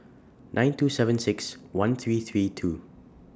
nine two seven six one three three two